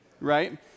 right